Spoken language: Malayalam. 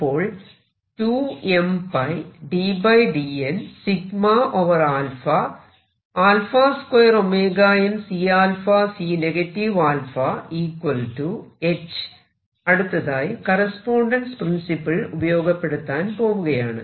അപ്പോൾ അടുത്തതായി കറസ്പോണ്ടൻസ് പ്രിൻസിപ്പിൾ ഉപയോഗപ്പെടുത്താൻ പോവുകയാണ്